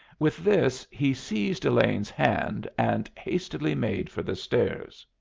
with this, he seized elaine's hand and hastily made for the stairs.